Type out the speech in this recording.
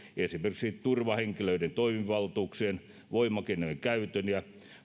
esimerkiksi turvahenkilöiden toimivaltuuksien voimakeinojen käytön ja